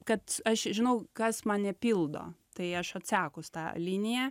kad aš žinau kas mane pildo tai aš atsekus tą liniją